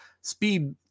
speed